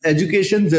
Education